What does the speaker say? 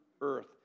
earth